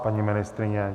Paní ministryně?